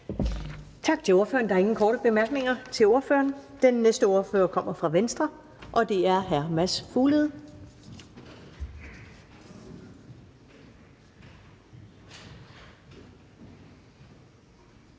Tak til ordføreren. Der er ingen korte bemærkninger til ordføreren. Den næste ordfører kommer fra Dansk Folkeparti, og det er fru Marie